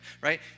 right